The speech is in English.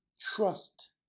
Trust